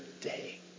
day